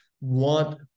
want